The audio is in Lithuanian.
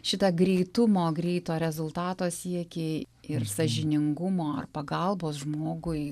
šitą greitumo greito rezultato siekį ir sąžiningumo ar pagalbos žmogui